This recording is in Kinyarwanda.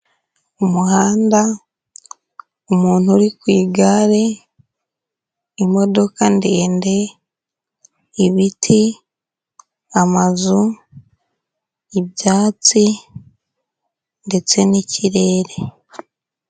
Umuhanda, umuntu uri ku igare, imodoka ndende, ibiti, amazu, ibyatsi ndetse n'ikirere.